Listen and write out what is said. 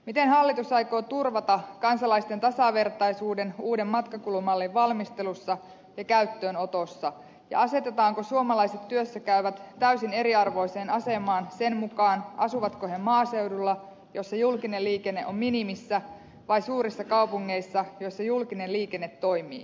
miten hallitus aikoo turvata kansalaisten tasavertaisuuden uuden matkakulumallin valmistelussa ja käyttöönotossa ja asetetaanko suomalaiset työssä käyvät täysin eriarvoiseen asemaan sen mukaan asuvatko he maaseudulla jossa julkinen liikenne on minimissä vai suurissa kaupungeissa joissa julkinen liikenne toimii